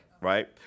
right